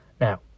Now